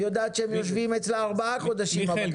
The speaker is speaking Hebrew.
והיא יודעת שהבקשות יושבות ארבעה חודשים -- מיכאל,